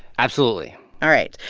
absolutely all right.